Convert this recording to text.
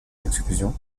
exclusion